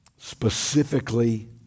specifically